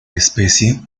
especie